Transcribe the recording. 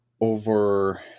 over